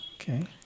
okay